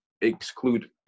exclude